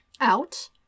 Out